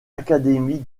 académie